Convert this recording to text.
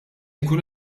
jkun